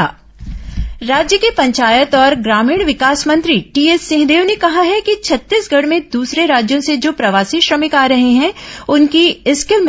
Singhdeo skill mapping राज्य के पंचायत और ग्रामीण विकास मंत्री टीएस सिंहदेव ने कहा है कि छत्तीसगढ़ में दूसरे राज्यों से जो प्रवासी श्रमिक आ रहे हैं उनकी स्किल